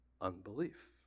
unbelief